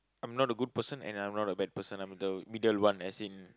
I'm not a good person and I'm not a bad person I'm the middle one as in